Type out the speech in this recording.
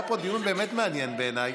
היה פה דיון באמת מעניין, בעיניי,